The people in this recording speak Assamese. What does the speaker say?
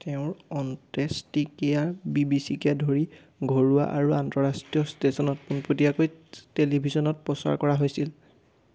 তেওঁৰ অন্ত্যেষ্টিক্ৰিয়া বি বি চিকে ধৰি ঘৰুৱা আৰু আন্তঃৰাষ্ট্ৰীয় ষ্টেশ্যনত পোনপটীয়াকৈ টেলিভিছনত প্ৰচাৰ কৰা হৈছিল